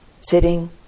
Sitting